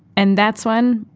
and that's when,